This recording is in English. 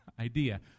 idea